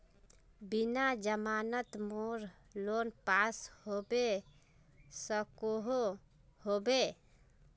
बिना जमानत मोर लोन पास होबे सकोहो होबे?